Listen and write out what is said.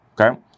okay